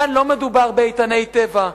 כאן לא מדובר באיתני טבע,